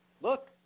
look